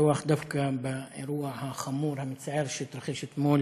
לפתוח דווקא באירוע החמור המצער שהתרחש אתמול